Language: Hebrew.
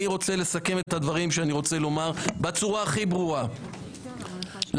אני רוצה לסכם את הדברים שאני רוצה לומר בצורה הכי ברורה: לעשות